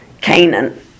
Canaan